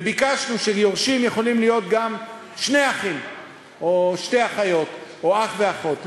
וביקשנו שיורשים יכולים להיות גם שני אחים או שתי אחיות או אח ואחות,